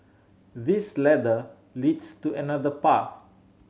this ladder leads to another path